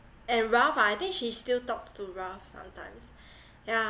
and ralph ah I think she still talks to ralph sometimes yeah